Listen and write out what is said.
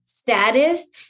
Status